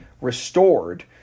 restored